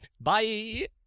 bye